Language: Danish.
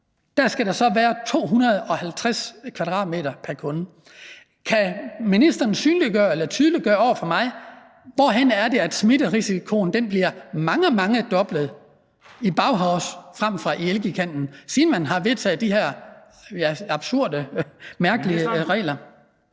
– skal der så være 250 m² pr. kunde. Kan ministeren tydeliggøre over for mig, hvordan det er, at smitterisikoen bliver mangedoblet i BAUHAUS frem for i Elgiganten, siden man har vedtaget de her absurde,